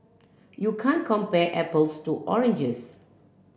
you can't compare apples to oranges